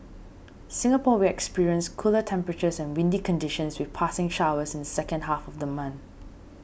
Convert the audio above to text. Singapore will experience cooler temperatures and windy conditions with passing showers in the second half of the month